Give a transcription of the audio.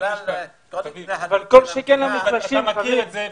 אתה מכיר את זה.